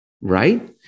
Right